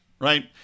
right